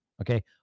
Okay